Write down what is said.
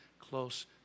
close